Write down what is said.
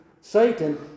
Satan